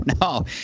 no